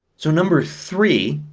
so number three.